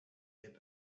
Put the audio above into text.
yet